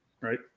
right